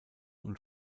und